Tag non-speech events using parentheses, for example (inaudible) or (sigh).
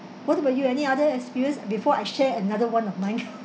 what about you any other experience before I share another one of mine (laughs)